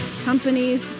Companies